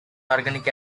organic